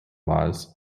laws